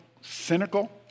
cynical